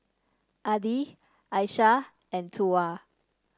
Adi Aisyah and Tuah